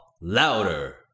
louder